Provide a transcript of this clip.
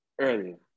earlier